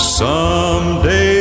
someday